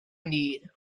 need